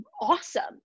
awesome